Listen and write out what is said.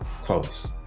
close